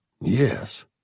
Yes